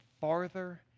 farther